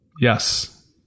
Yes